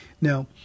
Now